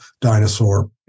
dinosaur